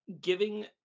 giving